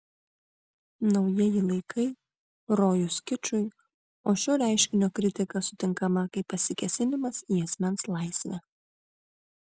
naujieji laikai rojus kičui o šio reiškinio kritika sutinkama kaip pasikėsinimas į asmens laisvę